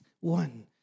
one